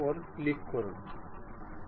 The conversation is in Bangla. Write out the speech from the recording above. যাই হোক এলাইনমেন্ট সব একই